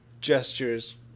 gestures